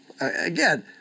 again